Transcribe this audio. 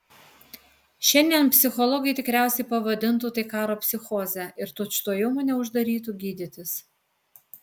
šiandien psichologai tikriausiai pavadintų tai karo psichoze ir tučtuojau mane uždarytų gydytis